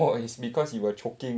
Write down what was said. no it's because you were choking